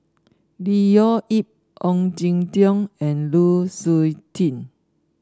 Leo Yip Ong Jin Teong and Lu Suitin